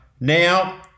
now